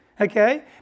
Okay